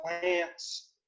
plants